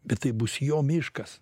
bet tai bus jo miškas